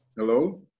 Hello